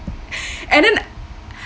and then